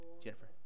Jennifer